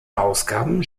ausgaben